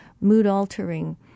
mood-altering